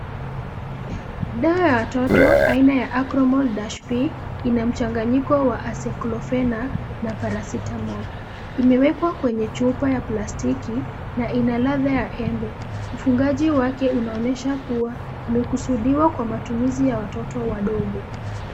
Dawa ya watoto aina ya acromol dash P ina mchanganyiko wa aceclofenac na parasitamol. Imewekwa kwenye chupa ya plastiki na inaladha ya embe. Mfungaji wake unaonyesha kuwa umekusudiwa kwa matumizi ya watoto wadogo.